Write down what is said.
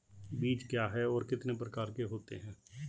बीज क्या है और कितने प्रकार के होते हैं?